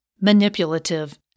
manipulative